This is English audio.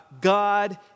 God